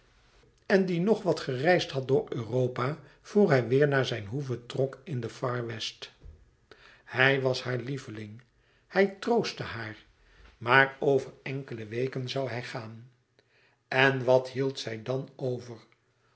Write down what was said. en wat gereisd had door europa voor hij weêr naar zijn hoeve trok in de far west hij was haar lieveling hij troostte haar maar over enkele weken zoû hij gaan en wat hield zij dan over